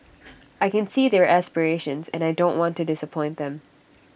I can see their aspirations and I don't want to disappoint them